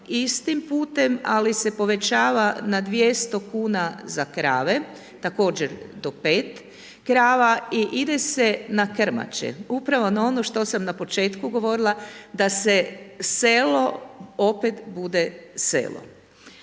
istim putem ali se povećava na 200 kuna za krave, također do 5 krava i ide se na krmače. Upravo na ono što sam na početku govorila da se selo opet bude selo.